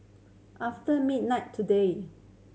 after midnight today